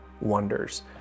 wonders